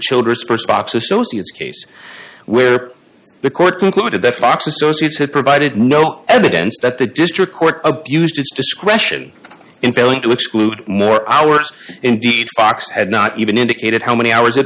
children's st box associates case where the court concluded that fox associates had provided no evidence that the district court abused its discretion in failing to exclude more hours indeed fox had not even indicated how many hours